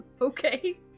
Okay